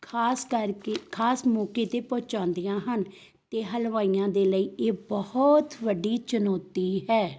ਖ਼ਾਸ ਕਰਕੇ ਖ਼ਾਸ ਮੌਕੇ 'ਤੇ ਪਹੁੰਚਾਉਂਦੀਆਂ ਹਨ ਅਤੇ ਹਲਵਾਈਆਂ ਦੇ ਲਈ ਇਹ ਬਹੁਤ ਵੱਡੀ ਚੁਣੌਤੀ ਹੈ